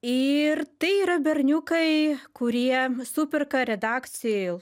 ir tai yra berniukai kurie superka redakcijoj